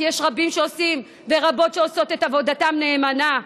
כי יש רבים שעושים ורבות שעושות את עבודתם נאמנה.